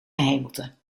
gehemelte